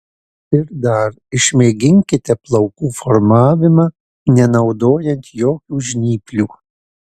ir dar išmėginkite plaukų formavimą nenaudojant jokių žnyplių